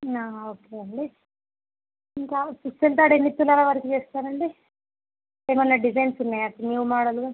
ఆ ఓకే అండి ఇంకా పుస్తెలతాడు ఎన్ని తులాల వరకు చేస్తారు అండి ఏమైన డిజైన్స్ ఉన్నాయా న్యూ మోడల్గా